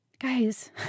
Guys